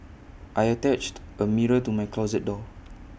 I attached A mirror to my closet door